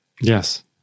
Yes